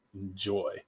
enjoy